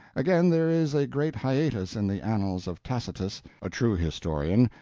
again, there is a great hiatus in the annals of tacitus, a true historian,